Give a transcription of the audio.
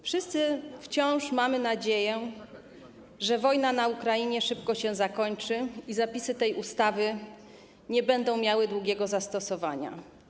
Wszyscy wciąż mamy nadzieję, że wojna na Ukrainie szybko się zakończy i zapisy tej ustawy nie będą miały długiego zastosowania.